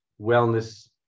wellness